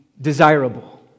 desirable